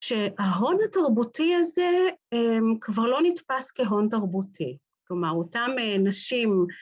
שההון התרבותי הזה כבר לא נתפס כהון תרבותי. כלומר, אותם נשים...